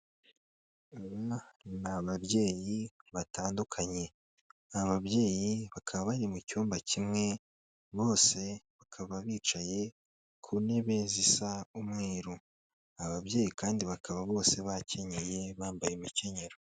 Ni ababyeyi batandukanye, aba babyeyi bakaba bari mu cyumba kimwe bose bakaba bicaye ku ntebe zisa umweru, aba babyeyi kandi bakaba bose bakenyeye bambaye imikenyero.